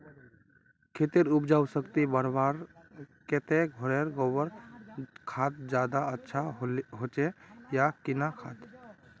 खेतेर उपजाऊ शक्ति बढ़वार केते घोरेर गबर खाद ज्यादा अच्छा होचे या किना खाद?